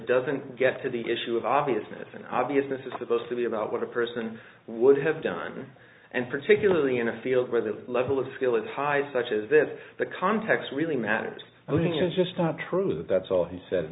doesn't get to the issue of obviousness and obviousness is supposed to be about what a person would have done and particularly in a field where the level of skill is high such as that the context really matters and i think it's just not true that that's all he said